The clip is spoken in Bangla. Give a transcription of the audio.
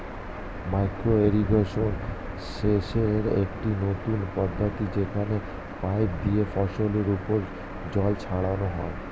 মাইক্রো ইরিগেশন সেচের একটি নতুন পদ্ধতি যেখানে পাইপ দিয়ে ফসলের উপর জল ছড়ানো হয়